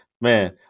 man